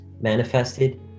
manifested